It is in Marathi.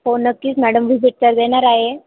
हो नक्कीच मॅडम वि्हिजिट तर देणार आहे